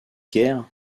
guerres